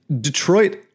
Detroit